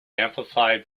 amplified